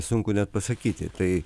sunku net pasakyti tai